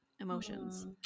emotions